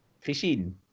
fishing